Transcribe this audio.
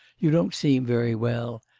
you don't seem very well.